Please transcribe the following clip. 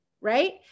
right